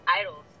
idols